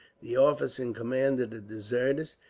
the officer in command of the deserters,